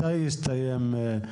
מתי יסתיים?